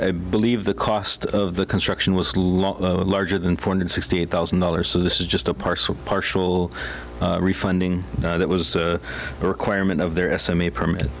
i believe the cost of the construction was larger than four hundred sixty eight thousand dollars so this is just a partial partial refunding that was a requirement of their estimate permit